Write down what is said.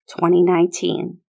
2019